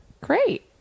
great